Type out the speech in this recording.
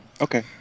Okay